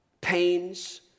pains